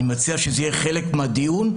אני מציע שזה יהיה חלק מהדיון,